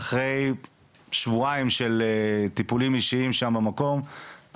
ואחרי שבועיים של טיפולים אישיים שם במקום,